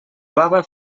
baba